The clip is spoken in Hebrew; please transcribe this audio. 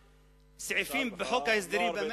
כמה סעיפים בחוק ההסדרים.